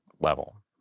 level